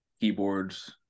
keyboards